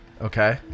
Okay